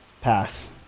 Pass